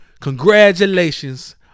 Congratulations